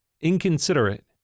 inconsiderate